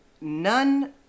none